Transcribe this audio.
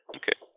okay